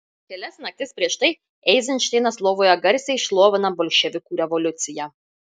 kelias naktis prieš tai eizenšteinas lovoje garsiai šlovina bolševikų revoliuciją